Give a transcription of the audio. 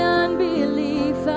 unbelief